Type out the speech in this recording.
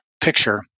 picture